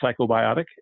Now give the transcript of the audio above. Psychobiotic